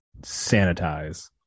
sanitize